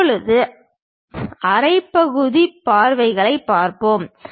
இப்போது அரை பகுதி பார்வைகளைப் பார்ப்போம்